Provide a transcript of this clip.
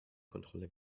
kontrolle